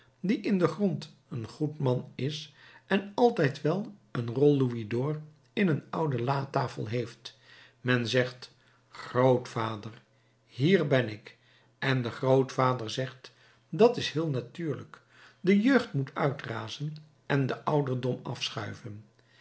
die in den grond een goed man is en altijd wel een rol louisd'or in een oude latafel heeft men zegt grootvader hier ben ik en de grootvader zegt dat is zeer natuurlijk de jeugd moet uitrazen en de ouderdom afschuiven